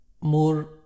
more